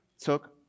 took